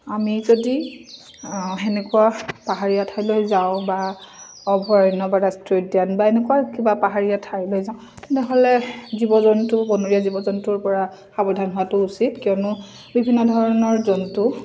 আমি যদি তেনেকুৱা পাহাৰীয়া ঠাইলৈ যাওঁ বা অভয়াৰণ্য বা ৰাষ্ট্ৰীয় উদ্যান বা এনেকুৱা কিবা পাহাৰীয়া ঠাইলৈ যাওঁ তেনেহ'লে জীৱ জন্তু বনৰীয়া জীৱ জন্তুৰ পৰা সাৱধান হোৱাটো উচিত কিয়নো বিভিন্ন ধৰণৰ জন্তু